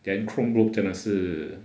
then chromebook 真的是